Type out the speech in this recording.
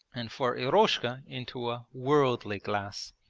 and for eroshka into a worldly glass.